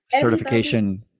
certification